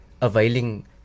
availing